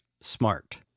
smart